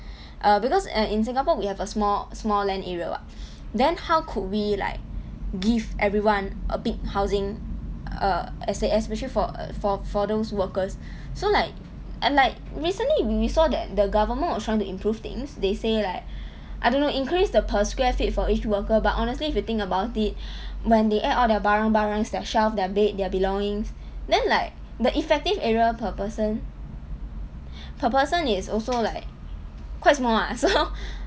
err because in in singapore we have a small small land area [what] then how could we like give everyone a big housing err espe~ especially for err for for those workers so like and like recently when we saw that the government was trying to improve things they say like I don't know increase the per square feet for each worker but honestly if we think about it when they add all their barang-barang their shelf their bed their belongings then like the effective area per person per person is also like quite small lah so